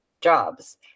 jobs